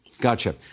Gotcha